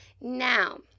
Now